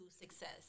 success